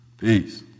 peace